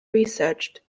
researched